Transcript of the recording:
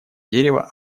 дерево